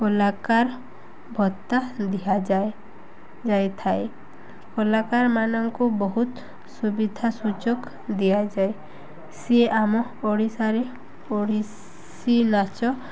କଲାକାର ଭତ୍ତା ଦିଆଯାଏ ଯାଇଥାଏ କଲାକାରମାନଙ୍କୁ ବହୁତ ସୁବିଧା ସୁଯୋଗ ଦିଆଯାଏ ସିଏ ଆମ ଓଡ଼ିଶାରେ ଓଡ଼ିଶୀ ନାଚ